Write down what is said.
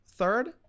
Third